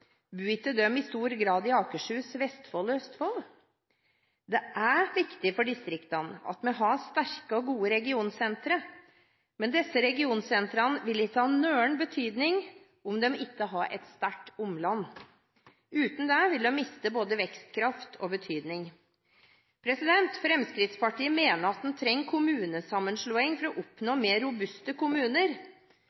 i stor grad i Akershus, Vestfold og Østfold? Det er viktig for distriktene at vi har sterke og gode regionsentre, men disse regionsentrene vil ikke ha noen betydning om de ikke har et sterkt omland. Uten det vil de miste både vekstkraft og betydning. Fremskrittspartiet mener at en trenger kommunesammenslåing for å oppnå